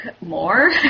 more